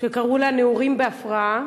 שקראו לה "נעורים בהפרעה".